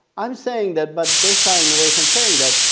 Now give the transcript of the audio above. i'm saying that, but they're shying away from saying that.